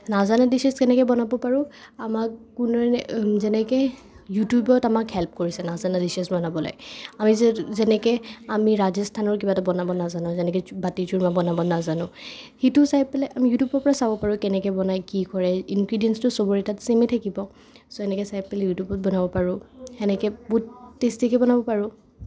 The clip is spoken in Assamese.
নাজানা ডিছেছ কেনেকৈ বনাব পাৰো আমাক কোনোৱে যেনেকৈ ইউটিউবত আমাক হেল্প কৰিছে নাজানা ডিছেছ বনাবলৈ আমি যে যেনেকৈ আমি ৰাজস্থানৰ কিবা এটা বনাব নাজানো যেনেকৈ ছু বাটি ছুৰমা বনাব নাজানো সিটো চাই পেলাই আমি ইউটিউবৰপৰা চাব পাৰোঁ কেনেকৈ বনাই কি কৰে ইনগ্ৰিদিয়েঞ্চ চবৰে তাত চেইময়েই থাকিব চ' সেনেকৈ চাই পেলাই ইউটিউবত বনাব পাৰোঁ সেনেকৈ বহুত টেষ্টিকৈ বনাব পাৰোঁ